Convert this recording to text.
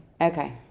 Okay